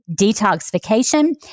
detoxification